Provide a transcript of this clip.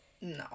no